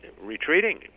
Retreating